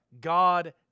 God